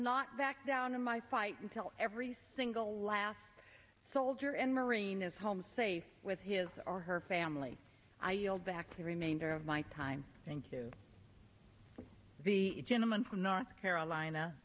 not back down in my fight until every single last soldier and marine is home safe with his or her family i yelled back the remainder of my time thank you the gentleman from north carolina